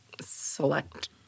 select